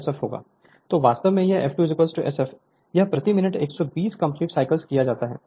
Refer Slide Time 0854 तो वास्तव में यह f2Sf यह प्रति मिनट 120 कंप्लीट साइकिल दिया जाता है